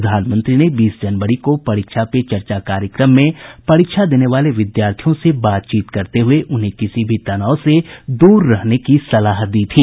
प्रधानमंत्री ने बीस जनवरी को परीक्षा पे चर्चा कार्यक्रम में परीक्षा देने वाले विद्यार्थियों से बातचीत करते हुए उन्हें किसी भी तनाव से दूर रहने की सलाह दी थी